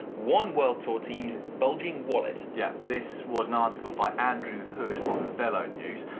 one world tour team's bulging wallet. yeah, this was an article by andrew hood on velonews,